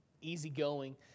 easygoing